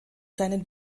seinen